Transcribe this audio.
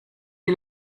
you